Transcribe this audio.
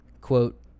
Quote